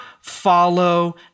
follow